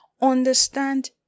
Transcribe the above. understand